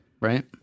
Right